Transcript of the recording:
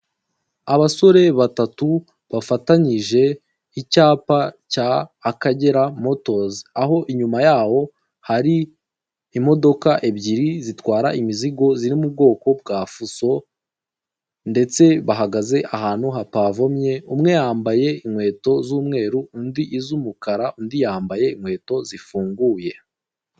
Abasore batatu bafatanyije icyapa cya Akagera motozi, aho inyuma yaho hari imodoka ebyiri zitwara imizigo ziri mu bwoko bwa fuso ndetse bahagaze ahantu hapavomye umwe yambaye inkweto z'umweru undi iz'umukara undi yambaye inkweto zifunguye.